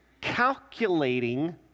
calculating